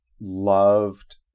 loved